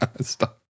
stop